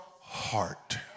heart